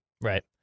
Right